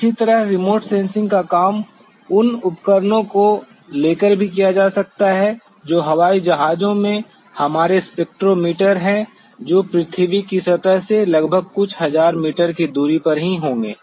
इसी तरह remote sensing का काम उन उपकरणों को ले कर भी किया जा सकता है जो हवाई जहाजों में हमारे स्पेक्ट्रोमीटर हैं जो पृथ्वी की सतह से लगभग कुछ हज़ार मीटर की दूरी पर ही होंगे